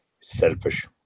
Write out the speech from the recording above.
selfish